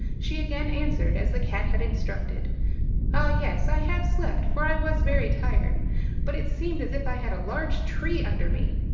she again answered as the cat had instructed, ah yes, i have slept for i was very tired but it seemed as if i had a large tree under me.